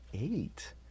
eight